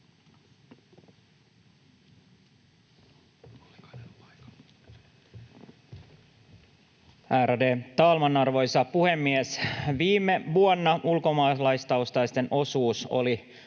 Ärade talman, arvoisa puhemies! Viime vuonna ulkomaalaistaustaisten osuus oli